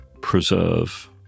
preserve